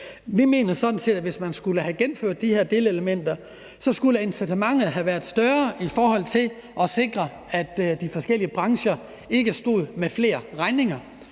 Vi mener sådan set, at hvis man skulle have gennemført de her delelementer, skulle incitamentet have været større i forhold til at sikre, at de forskellige brancher ikke stod med flere regninger.